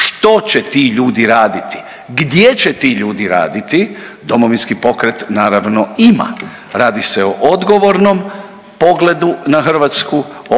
što će ti ljudi raditi, gdje će ti ljudi raditi Domovinski pokret naravno ima. Radi se o odgovornom pogledu na Hrvatsku